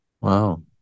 Wow